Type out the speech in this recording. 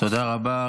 תודה רבה.